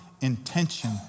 intention